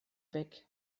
weg